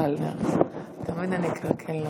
חבר הכנסת אריאל קלנר, יש לך ארבע דקות,